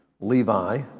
Levi